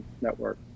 network